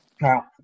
Now